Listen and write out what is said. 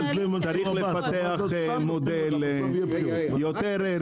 צריך לפתח מודל יותר ערכי.